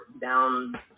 down